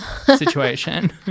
situation